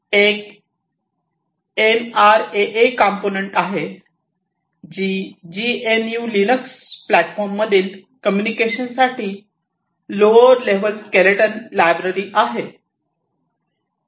एक MRAA component आहे जी जीएनयू लिनक्स प्लॅटफॉर्ममधील कम्युनिकेशन साठी लोअर लेव्हल स्केलेटन लायब्ररी आहे